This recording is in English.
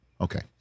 Okay